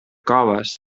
coves